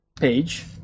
Page